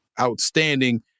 outstanding